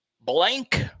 Blank